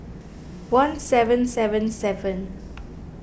one seven seven seven